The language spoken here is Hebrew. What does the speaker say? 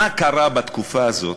מה קרה בתקופה הזאת